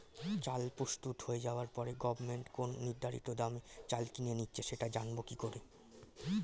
চাল প্রস্তুত হয়ে যাবার পরে গভমেন্ট কোন নির্ধারিত দামে চাল কিনে নিচ্ছে সেটা জানবো কি করে?